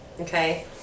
Okay